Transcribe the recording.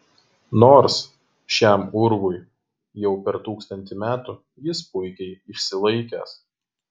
nors šiam urvui jau per tūkstantį metų jis puikiai išsilaikęs